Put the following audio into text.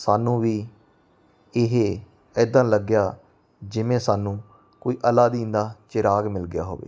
ਸਾਨੂੰ ਵੀ ਇਹ ਇੱਦਾਂ ਲੱਗਿਆ ਜਿਵੇਂ ਸਾਨੂੰ ਕੋਈ ਅਲਾਦੀਨ ਦਾ ਚਿਰਾਗ ਮਿਲ ਗਿਆ ਹੋਵੇ